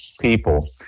people